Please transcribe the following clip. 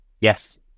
yes